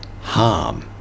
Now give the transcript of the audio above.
harm